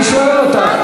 אני שואל אותך.